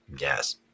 Yes